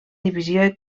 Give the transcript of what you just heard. divisió